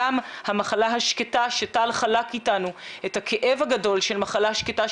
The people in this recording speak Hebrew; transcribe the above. גם המחלה השקטה שטל חלק איתנו את הכאב הגדול של מחלה שקטה,